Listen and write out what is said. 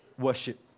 worship